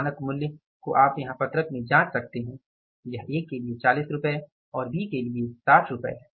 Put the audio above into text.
मानक मूल्य को आप यहाँ पत्रक में जाँच सकते है यह ए के लिए 40 रुपये और B के लिए 60 रूपए है